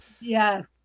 Yes